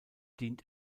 dient